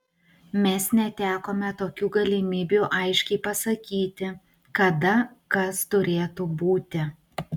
mes netekome tokių galimybių aiškiai pasakyti kada kas turėtų būti